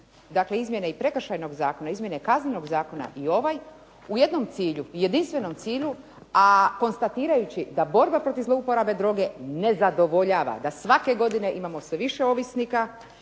dakle izmjene i Prekršajnog zakona, izmjene Kaznenog zakona i ovaj u jednom cilju, jedinstvenom cilju, a konstatirajući da borba protiv zlouporabe droge ne zadovoljava, da svake godine imamo sve više ovisnika